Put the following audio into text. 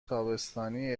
تابستانی